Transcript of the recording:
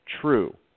true